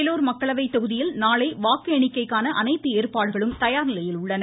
வேலூர் மக்களவை தொகுதியில் நாளை வாக்கு எண்ணிக்கைக்கான அனைத்து ஏற்பாடுகளும் தயார்நிலையில் உள்ளன